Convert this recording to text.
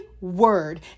word